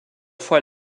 fois